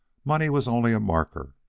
money was only a marker.